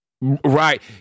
right